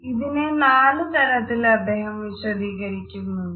ഇതിനെ നാലു തരത്തിൽ അദ്ദേഹം വിശദീകരിക്കുന്നുണ്ട്